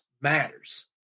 matters